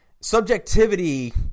subjectivity